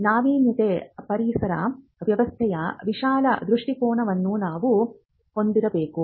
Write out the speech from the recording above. ನಾವೀನ್ಯತೆ ಪರಿಸರ ವ್ಯವಸ್ಥೆಯ ವಿಶಾಲ ದೃಷ್ಟಿಕೋನವನ್ನು ನಾವು ಹೊಂದಿರಬೇಕು